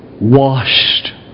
Washed